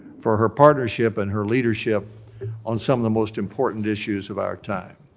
for her partnership and her leadership on some of the most important issues of our time.